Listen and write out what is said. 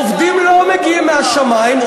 עובדים לא מגיעים מהשמים,